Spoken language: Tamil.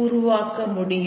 உருவாக்கமுடியும்